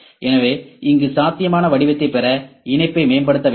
எனவே இங்கே சாத்தியமான வடிவத்தை பெற இணைப்பை மேம்படுத்த வேண்டும்